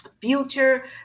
future